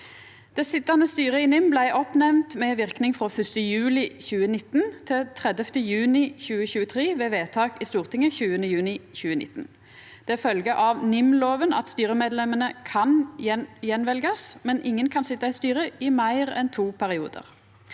Det sitjande styret i NIM blei oppnemnt med verknad frå 1. juli 2019 til 30. juni 2023 ved vedtak i Stortinget 20. juni 2019. Det følgjer av NIM-lova at styremedlemene kan veljast att, men ingen kan sitja styret i meir enn to periodar.